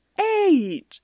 Eight